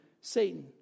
Satan